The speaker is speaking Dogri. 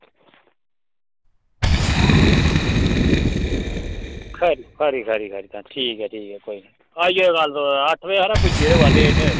खरी खरी तां ठीक ऐ कोई निं कोई निं आई जायो कल्ल तुस अट्ठ बजे हारे पुज्जी जायो तुस ते